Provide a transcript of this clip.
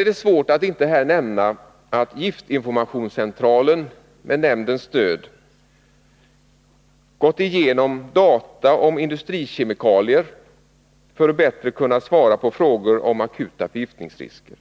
är svårt att inte här nämna att Giftinformationscentralen med nämndens stöd har gått igenom data om industrikemikalier för att bättre kunna svara på frågor om akuta förgiftningsrisker.